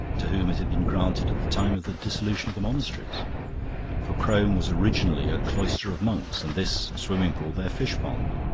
to whom it had been granted at the time of the dissolution of the monasteries for crome was originally a cloister of monks and this swimming-pool their fish-pond.